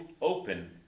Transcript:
open